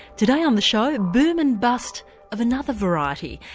today on the show, boom and bust of another variety.